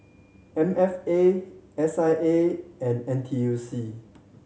M F A S I A and N T U C